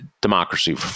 democracy